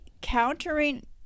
Countering